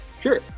Sure